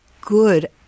good